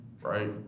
right